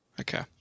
Okay